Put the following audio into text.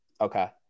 Okay